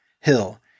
Hill